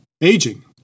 aging